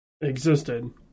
existed